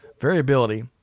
variability